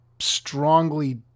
strongly